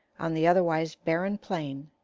on the otherwise barren plain,